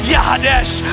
Yahadesh